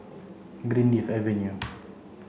Greenleaf Avenue